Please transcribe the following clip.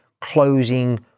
closing